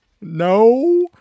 No